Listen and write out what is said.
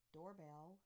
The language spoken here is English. Doorbell